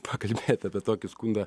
pakalbėti apie tokį skundą